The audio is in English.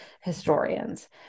historians